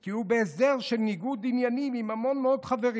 כי הוא בהסדר של ניגוד עניינים עם המון חברים.